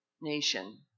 nation